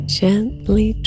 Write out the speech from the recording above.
gently